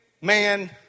man